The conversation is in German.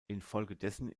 infolgedessen